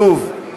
שוב,